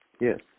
Yes